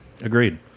agreed